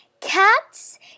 Cats